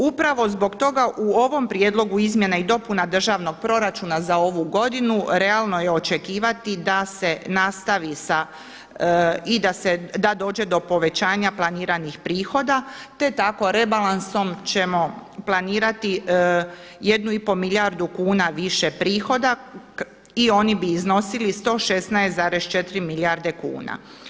Upravo zbog toga u ovom prijedlogu izmjena i dopuna državnog proračuna za ovu godinu realno je očekivati da se nastavi sa i da dođe do povećanja planiranih prihoda, te tako rebalansom ćemo planirati jednu i pol milijardu kuna više prihoda i oni bi iznosili 116,4 milijarde kuna.